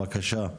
בבקשה.